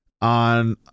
on